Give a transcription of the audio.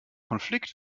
konflikt